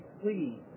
please